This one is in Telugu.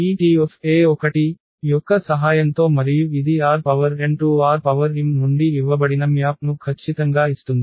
ఈ T యొక్క సహాయంతో మరియు ఇది RnRm నుండి ఇవ్వబడిన మ్యాప్ను ఖచ్చితంగా ఇస్తుంది